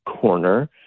corner